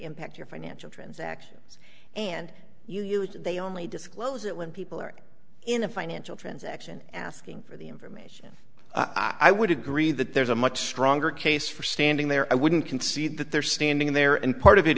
impact your financial transactions and they only disclose it when people are in a financial transaction asking for the information i would agree that there's a much stronger case for standing there i wouldn't concede that they're standing there and part of it